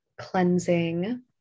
cleansing